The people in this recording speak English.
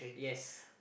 yes